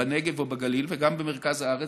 בנגב או בגליל וגם במרכז הארץ,